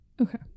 Okay